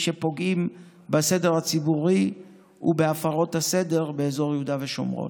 שפוגעים בסדר הציבורי ובהפרות הסדר באזור יהודה ושומרון.